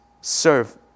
serve